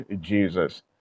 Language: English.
Jesus